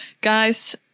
guys